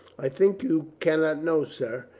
i think you can not know, sir,